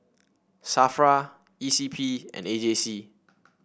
Safra E C P and A J C